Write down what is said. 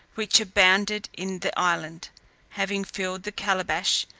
which abounded in the island having filled the calebash,